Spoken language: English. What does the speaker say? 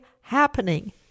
happening